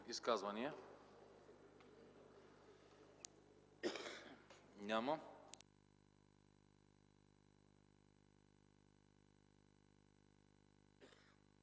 Няма.